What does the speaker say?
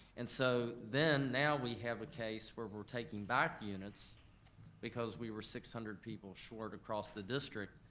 and so then, now we have a case where we're taking back units because we were six hundred people short across the district.